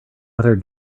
letter